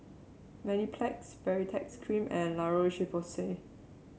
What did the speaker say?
Mepilex Baritex Cream and La Roche Porsay